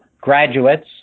graduates